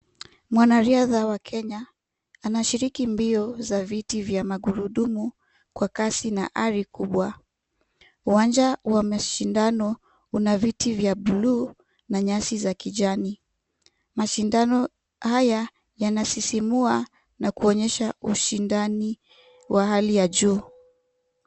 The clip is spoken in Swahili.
Mwanariadha wa Kenya anashiriki mbio za viti vya magurudumu kwa kasi na ari kubwa. Uwanja wa mashindano una viti vya bluu na nyasi za kijani. Mashindano haya yanasisimua na kuonyesha ushindani wa hali ya juu.